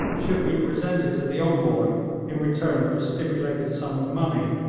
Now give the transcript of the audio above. should be presented to the envoy in return for a stipulated sum of money